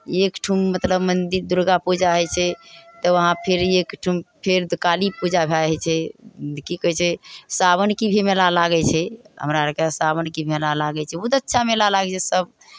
एक ठुम मतलब मन्दिर दुर्गा पूजा होइ छै तऽ वहाँ फेर एक ठुम फेर तऽ काली पूजा भए जाइ छै की कहै छै सावनके भी मेला लागै छै हमरा आरके सावनके मेला लागै छै बहुत अच्छा मेला लागै छै सभ